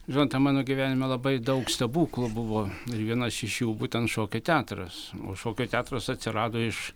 žinote mano gyvenime labai daug stebuklų buvo ir vienas iš jų būtent šokio teatras šokio teatras atsirado iš